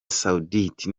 saoudite